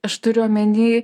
aš turiu omeny